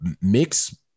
mix